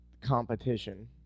competition